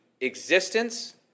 existence